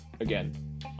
Again